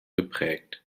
geprägt